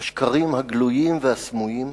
השקרים הגלויים והסמויים,